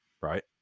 right